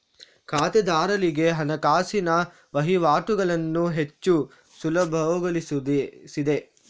ಖಾತೆದಾರರಿಗೆ ಹಣಕಾಸಿನ ವಹಿವಾಟುಗಳನ್ನು ಹೆಚ್ಚು ಸುಲಭಗೊಳಿಸಿದೆ